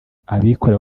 abikorera